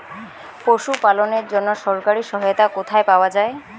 পশু পালনের জন্য সরকারি সহায়তা কোথায় পাওয়া যায়?